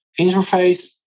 interface